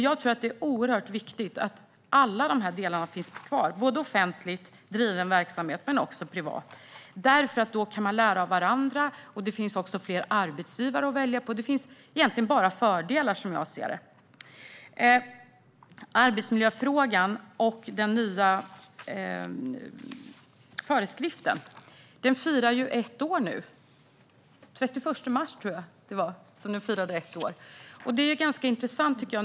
Jag tror att det är oerhört viktigt att alla delar finns kvar, både offentligt driven och privat verksamhet, för då kan man lära av varandra och det finns också fler arbetsgivare att välja på. Som jag ser det finns det egentligen bara fördelar. När det gäller arbetsmiljöfrågan så firar den nya föreskriften ett år nu; jag tror att det var den 31 mars. Det är ganska intressant, tycker jag.